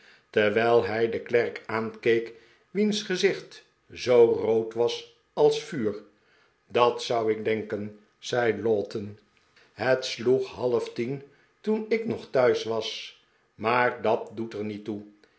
teuwijl hij den klerk aankeek wiens gezicht zoo rood was als vuur dat zou ik denken zei lowten het sloeg halftien toen ik nog thuis was maar dat doet er niet toe